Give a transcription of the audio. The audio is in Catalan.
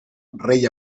rei